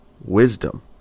Wisdom